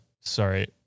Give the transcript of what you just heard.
sorry